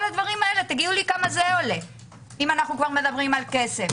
תגידו לי כמה זה עולה אם אנחנו מדברים על כסף.